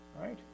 Right